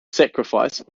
sacrifice